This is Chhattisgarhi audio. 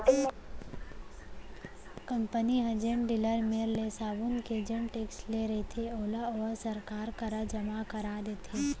कंपनी ह जेन डीलर मेर ले साबून के जेन टेक्स ले रहिथे ओला ओहा सरकार करा जमा करा देथे